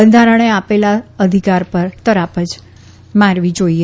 બંધારણે આપેલા અધિકાર પર તરાપ જ મારવી જાઇએ